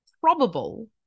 probable